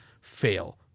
fail